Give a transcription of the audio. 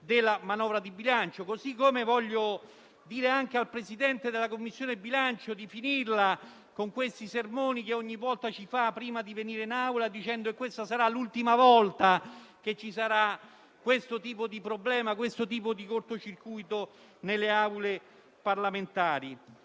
della manovra di bilancio. Allo stesso modo, voglio dire anche al presidente della Commissione bilancio di finirla con questi sermoni che ogni volta ci fa prima di venire in Aula dicendo che questa sarà l'ultima volta che ci sarà questo tipo di problema, questo tipo di corto circuito nelle Aule parlamentari.